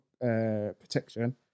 protection